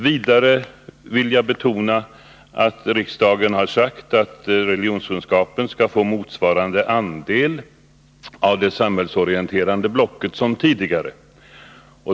Vidare vill jag betona att riksdagen har sagt att religionskunskapen skall få motsvarande andel av det samhällsorienterande blocket som tidigare.